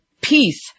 peace